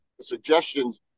suggestions